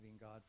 God